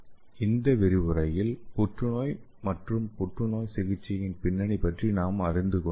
எனவே இந்த விரிவுரையில் புற்றுநோய் மற்றும் புற்றுநோய் சிகிச்சையின் பின்னணி பற்றி அறிந்து கொண்டோம்